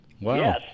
Wow